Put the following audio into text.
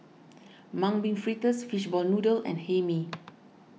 Mung Bean Fritters Fishball Noodle and Hae Mee